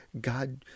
God